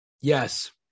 yes